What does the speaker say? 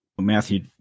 Matthew